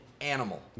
Animal